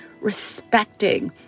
respecting